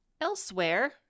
Elsewhere